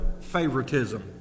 favoritism